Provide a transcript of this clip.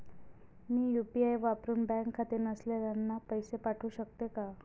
मी UPI वापरुन bank खाते नसलेल्यांना पैसे पाठवू शकते का?